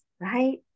right